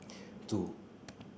two